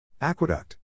Aqueduct